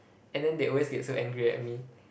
and then they always get so angry at me